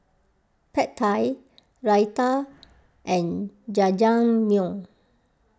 Pad Thai Raita and Jajangmyeon